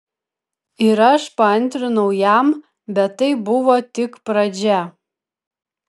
ir aš paantrinau jam bet tai buvo tik pradžia